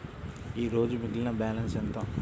ఈరోజు మిగిలిన బ్యాలెన్స్ ఎంత?